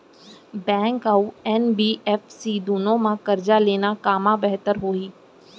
Bank अऊ NBFC दूनो मा करजा लेना कामा बेहतर होही?